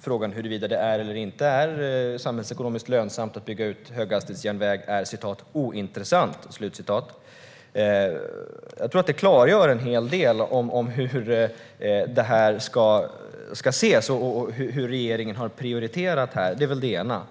Frågan huruvida det är eller inte är samhällsekonomiskt lönsamt att bygga höghastighetsjärnväg är enligt henne "ointressant". Jag tror att det klargör en hel del om hur det här ska ses och hur regeringen har prioriterat här. Det är väl det ena.